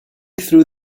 through